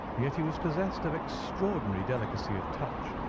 yet he was possessed of extraordinary delicacy of touch,